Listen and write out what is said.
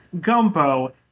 gumbo